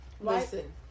Listen